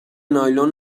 نایلون